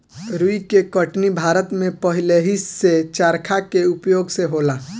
रुई के कटनी भारत में पहिलेही से चरखा के उपयोग से होला